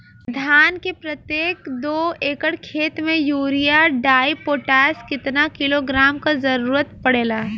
धान के प्रत्येक दो एकड़ खेत मे यूरिया डाईपोटाष कितना किलोग्राम क जरूरत पड़ेला?